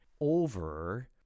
over